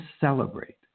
celebrate